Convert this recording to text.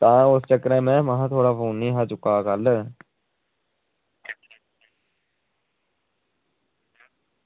तां उस चक्करें में थुआढ़ा फोन निं हा चुक्का दा हा कल्ल